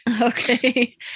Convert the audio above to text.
Okay